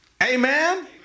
Amen